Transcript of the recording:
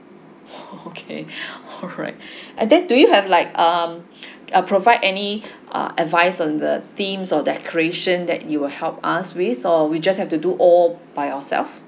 oh okay alright and then do you have like um uh provide any uh advice on the themes or decoration that you will help us with or we just have to do all by ourselves